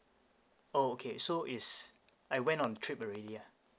oh okay so is I went on trip already ah